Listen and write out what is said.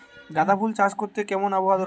গাঁদাফুল চাষ করতে কেমন আবহাওয়া দরকার?